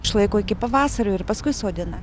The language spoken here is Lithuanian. išlaiko iki pavasario ir paskui sodina